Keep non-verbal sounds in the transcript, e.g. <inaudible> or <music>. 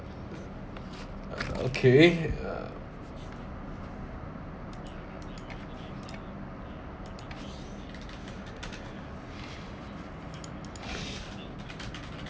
okay <breath>